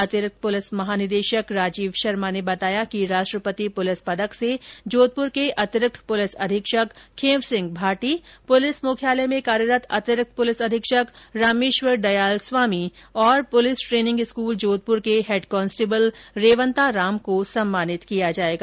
अतिरिक्त पुलिस महानिदेशक राजीव शर्मा ने बताया कि राष्ट्रपति पुलिस पदक से जोधपुर के अतिरिक्त पुलिस अधीक्षक खींव सिंह भाटी पुलिस मुख्यालय में कार्यरत अतिरिक्त पुलिस अधीक्षक रामेश्वर दयाल स्वामी और पुलिस ट्रेनिंग स्कूल जोधपुर के हैड कांस्टेबल रेवंताराम को सम्मानित किया जायेगा